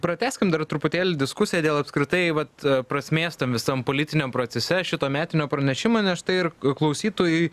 pratęskim dar truputėlį diskusiją dėl apskritai vat prasmės tam visam politiniam procese šito metinio pranešimo nes štai ir klausytojui